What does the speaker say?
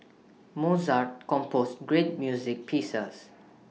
Mozart composed great music pieces